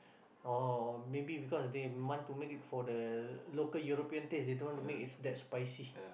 or maybe because they want to make it for the local European taste they don't want to make it that spicy